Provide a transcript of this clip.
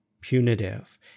punitive